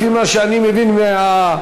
לפי מה שאני מבין מהמציע.